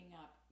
up